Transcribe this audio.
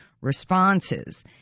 responses